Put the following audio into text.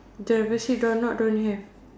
driver seat door knob don't have